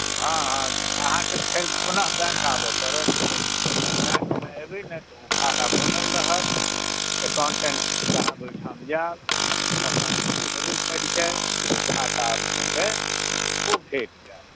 हँ हँ अहाँकेँ फेर पुन बैंक आबय पड़त बादमे एबै ने तऽ ओ कागज बनल रहत अकाउँटेंट साहेब ओहिठाम जायब अपन देबै परिचय ओ खाता अपनेकेँ से भेट जायत